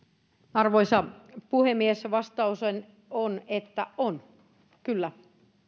arvoisa puhemies vastaus on on kyllä